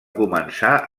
començar